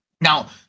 Now